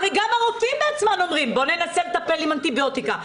הרי גם הרופאים בעצמם אומרים 'בוא ננסה לטפל עם אנטיביוטיקה,